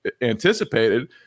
anticipated